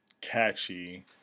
catchy